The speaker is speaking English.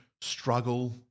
struggle